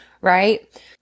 right